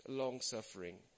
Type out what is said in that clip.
long-suffering